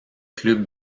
club